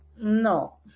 no